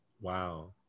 Wow